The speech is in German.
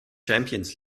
champions